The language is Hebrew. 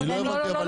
לא.